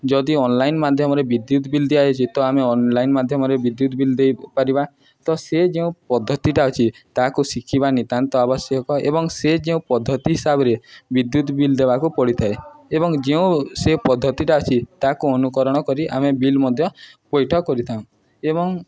ଯଦି ଅନ୍ଲାଇନ୍ ମାଧ୍ୟମରେ ବିଦ୍ୟୁତ୍ ବିଲ୍ ଦିଆଯାଇଛି ତ ଆମେ ଅନ୍ଲାଇନ୍ ମାଧ୍ୟମରେ ବିଦ୍ୟୁତ୍ ବିଲ୍ ଦେଇପାରିବା ତ ସେ ଯେଉଁ ପଦ୍ଧତିଟା ଅଛି ତାହାକୁ ଶିଖିବା ନିତ୍ୟାନ୍ତ ଆବଶ୍ୟକ ଏବଂ ସେ ଯେଉଁ ପଦ୍ଧତି ହିସାବରେ ବିଦ୍ୟୁତ୍ ବିଲ୍ ଦେବାକୁ ପଡ଼ିଥାଏ ଏବଂ ଯେଉଁ ସେ ପଦ୍ଧତିଟା ଅଛି ତାକୁ ଅନୁକରଣ କରି ଆମେ ବିଲ୍ ମଧ୍ୟ ପଇଠ କରିଥାଉ ଏବଂ